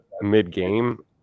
mid-game